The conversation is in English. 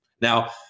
Now